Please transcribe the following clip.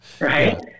Right